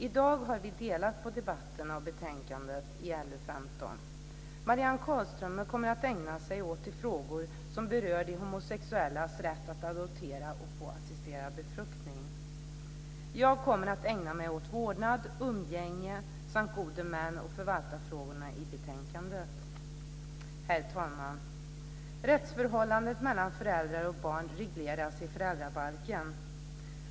I dag har vi delat på debatten om betänkandet LU15. Marianne Carlström kommer att ägna sig åt de frågor som berör de homosexuellas rätt att adoptera och få assisterad befruktning. Jag kommer att ägna mig åt vårdnad, umgänge samt gode män och förvaltarfrågorna i betänkandet. Herr talman! Rättsförhållandet mellan föräldrar och barn regleras i föräldrabalken.